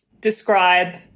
describe